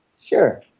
Sure